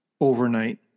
overnight